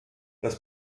das